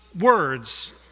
Words